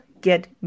get